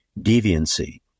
deviancy